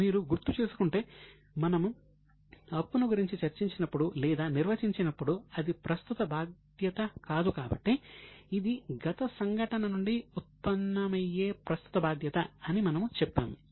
మీరు గుర్తు చేసుకుంటే మనము అప్పును గురించి చర్చించినప్పుడు లేదా నిర్వచించినప్పుడు అది ప్రస్తుత బాధ్యత కాదు కాబట్టి ఇది గత సంఘటన నుండి ఉత్పన్నమయ్యే ప్రస్తుత బాధ్యత అని మనము చెప్పాము